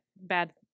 bad